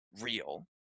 real